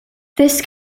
this